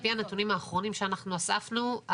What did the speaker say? על פי הנתונים האחרונים שאנחנו אספנו,